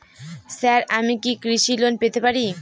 Sir আমি কি কৃষি লোন পেতে পারি?